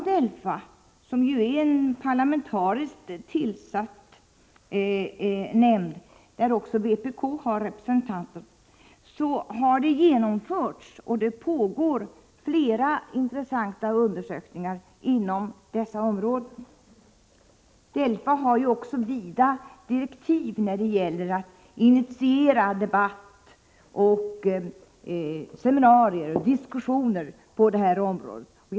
DELFA, som är en parlamentariskt tillsatt delegation där också vpk har representanter, har genomfört och genomför för närvarande flera intressanta undersökningar inom dessa områden. DELFA har också vida direktiv när det gäller att initiera en debatt och anordna seminarier om arbetstidsfrågor.